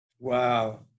Wow